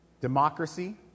democracy